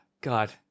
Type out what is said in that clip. God